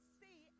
see